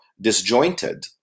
disjointed